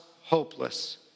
hopeless